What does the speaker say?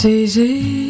easy